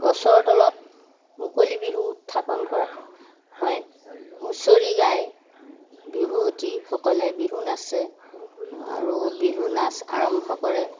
গছৰ তলত মুকলি বিহু উত্থাপন কৰা হয় হুঁচৰি গাই বিহুৱতীসকলে বিহু নাচে আৰু বিহু নাচ আৰম্ভ কৰে